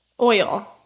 Oil